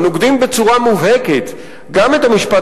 הם נוגדים בצורה מובהקת גם את המשפט